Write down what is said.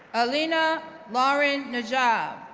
elena lauren najjab,